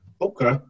Okay